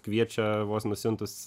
kviečia vos nusiuntus